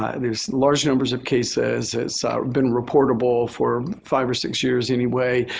ah there's large numbers of cases that's been reportable for five or six years anyway.